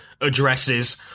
addresses